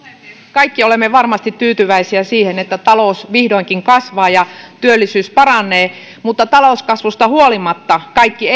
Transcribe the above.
kaikki olemme varmasti tyytyväisiä siihen että talous vihdoinkin kasvaa ja työllisyys paranee mutta talouskasvusta huolimatta kaikki